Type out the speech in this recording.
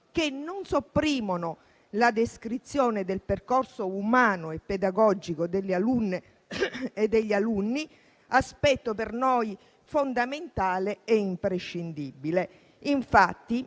che non sopprimono la descrizione del percorso umano e pedagogico delle alunne e degli alunni (aspetto per noi fondamentale e imprescindibile). Infatti,